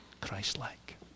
Christ-like